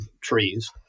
trees